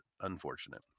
unfortunate